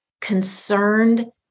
concerned